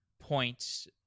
points